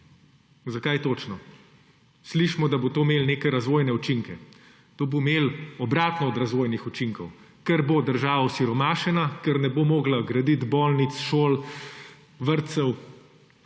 to počnete? Slišimo, da bo to imelo neke razvojne učinke. To bo imelo obratno od razvojnih učinkov, ker bo država osiromašena, ker ne bo mogla graditi bolnic, šol, vrtcev